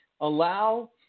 allow